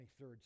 23rd